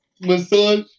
massage